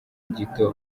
gito